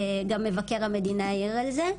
גם מבקר המדינה העיר על זה.